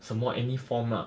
什么 any form lah